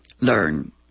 learn